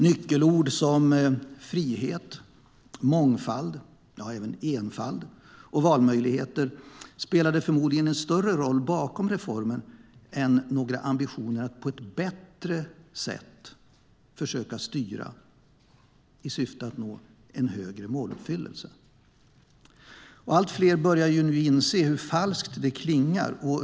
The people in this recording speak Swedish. Nyckelord som frihet, mångfald, enfald och valmöjligheter spelade förmodligen en större roll bakom reformen än några ambitioner att på ett bättre sätt försöka styra i syfte att nå en högre måluppfyllelse. Allt fler börjar nu inse hur falskt detta klingar.